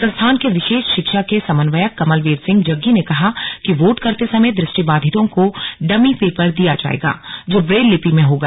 संस्थान के विशेष शिक्षा के समन्वयक कमल वीर सिंह जग्गी ने कहा कि वोट करते समय दृष्टिबाधितों को डमी पेपर दिया जायेगा जो ब्रेल लिपि में होगा